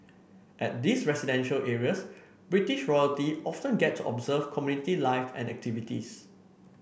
at these residential areas British royalty often get to observe community life and activities